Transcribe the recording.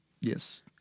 Yes